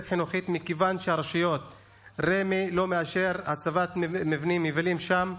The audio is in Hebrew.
חינוכית מכיוון שרמ"י לא מאשר הצבת מבנים יבילים שם.